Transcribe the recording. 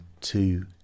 two